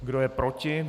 Kdo je proti?